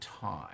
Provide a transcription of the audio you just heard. time